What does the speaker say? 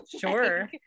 Sure